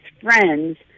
friends